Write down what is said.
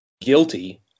guilty